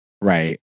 right